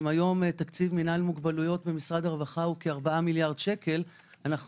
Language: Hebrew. אם היום תקציב מינהל מוגבלויות במשרד הרווחה הוא כ-4 מיליארד שקל אנו